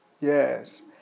Yes